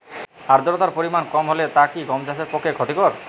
আর্দতার পরিমাণ কম হলে তা কি গম চাষের পক্ষে ক্ষতিকর?